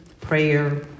prayer